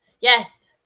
Yes